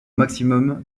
maximum